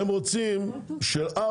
הם רוצים שתהיה